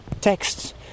texts